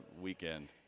weekend